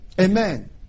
Amen